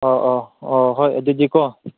ꯑꯧ ꯑꯧ ꯑꯣ ꯍꯣꯏ ꯑꯗꯨꯗꯤꯀꯣ